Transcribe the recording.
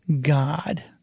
God